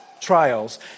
trials